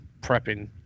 prepping